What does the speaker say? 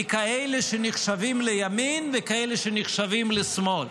מכאלה שנחשבים לימין וכאלה שנחשבים לשמאל.